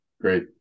Great